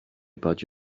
about